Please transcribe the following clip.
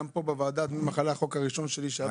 גם פה בוועדה עבר החוק הראשון שלי של דמי מחלה.